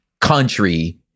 country